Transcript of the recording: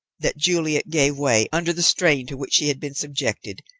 that juliet gave way under the strain to which she had been subjected,